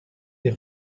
des